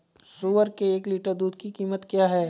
सुअर के एक लीटर दूध की कीमत क्या है?